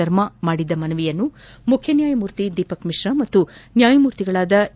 ಶರ್ಮ ಮಾಡಿದ್ದ ಮನವಿಯನ್ನು ಮುಖ್ಯ ನ್ಯಾಯಮೂರ್ತಿ ದೀಪಕ್ ಮಿಶ್ರಾ ಹಾಗೂ ನ್ಯಾಯಮೂರ್ತಿಗಳಾದ ಎ